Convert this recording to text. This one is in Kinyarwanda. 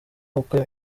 uko